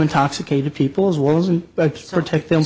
intoxicated people's worlds and protect them